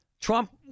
Trump